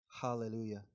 Hallelujah